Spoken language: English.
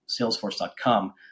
Salesforce.com